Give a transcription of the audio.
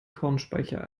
kornspeicher